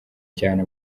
cyane